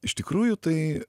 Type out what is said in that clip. iš tikrųjų tai